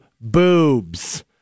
boobs